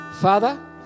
Father